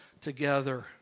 together